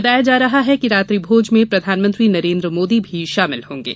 बताया जा रहा है कि रात्रिभोज में प्रधानमंत्री नरेन्द्र मोदी भी शामिल होंगे